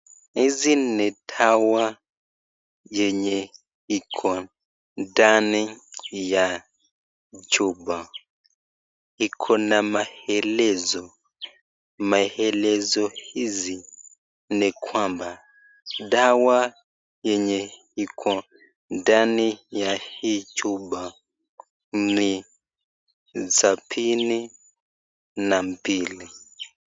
Hizi ni dawa yenye iko ndani ya chupa, iko na maelezo, maelezo hizi ni kwamba dawa yenye iko ndani ya hii chupa ni sabini na mbili.